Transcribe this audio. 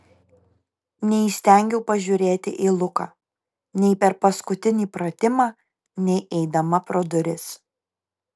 neįstengiau pažiūrėti į luką nei per paskutinį pratimą nei eidama pro duris